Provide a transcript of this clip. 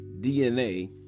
DNA